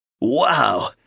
Wow